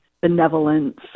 benevolence